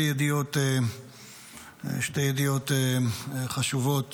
שתי ידיעות חשובות